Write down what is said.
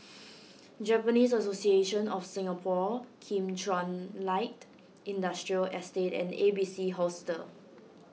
Japanese Association of Singapore Kim Chuan Light Industrial Estate and A B C Hostel